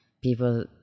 people